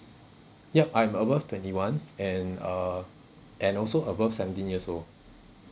yup I'm above twenty one and uh and also above seventeen years old